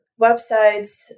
websites